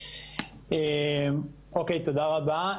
תודה רבה.